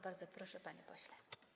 Bardzo proszę, panie pośle.